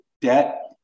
debt